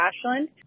ashland